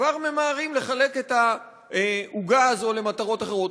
כבר ממהרים לחלק את העוגה הזאת למטרות אחרות,